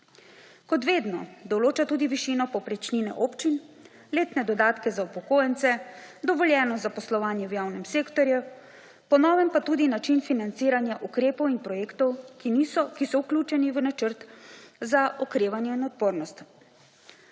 Kot vedno določa tudi višino povprečnine občin, letne dodatke za upokojence, dovoljeno zaposlovanje v javnem sektorju, po novem pa tudi način financiranja ukrepov in projektov, ki so vključeni v Načrt za okrevanje in odpornost.